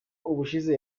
ubushize